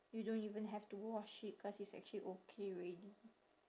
you don't even have to wash it cause it's actually okay already